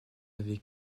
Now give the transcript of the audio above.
avec